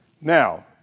Now